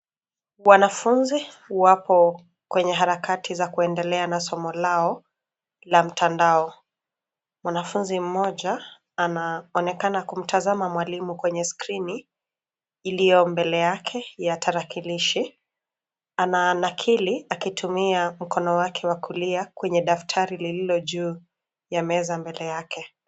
Wanafunzi wapo kwenye harakati za kuendelea na somo lao la mtandao. Mwanafunzi mmoja anaonekana kumtazama mwalimu kwenye skrini iliyo mbele yake ya tarakilishi, ana nakili akitumia mkono wake wa kulia kwenye daftari lililo juu ya meza mbele yake.